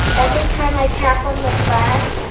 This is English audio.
every time i tap on the glass,